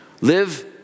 Live